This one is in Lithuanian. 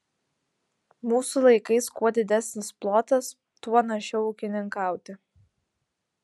mūsų laikais kuo didesnis plotas tuo našiau ūkininkauti